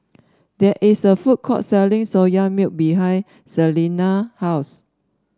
there is a food court selling Soya Milk behind Celena's house